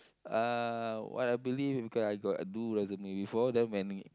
uh what I believe because I got do resume before then when